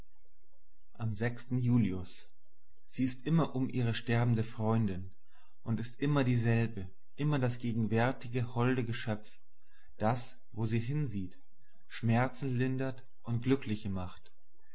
am julius sie ist immer um ihre sterbende freundin und ist immer dieselbe immer das gegenwärtige holde geschöpf das wo sie hinsieht schmerzen lindert und glückliche macht